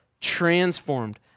Transformed